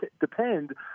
depend